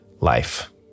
life